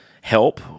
help